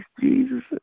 Jesus